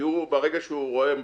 ברגע שהוא רואה מבקר,